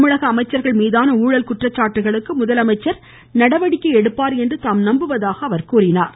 தமிழக அமைச்சர்கள் மீதான ஊழல் குற்றச்சாட்டுகளுக்கு முதலமைச்சர் நடவடிக்கை எடுப்பார் என்று தாம் நம்புவதாக அவர் குறிப்பிட்டார்